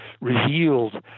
revealed